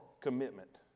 commitment